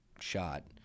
shot